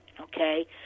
okay